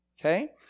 Okay